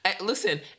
Listen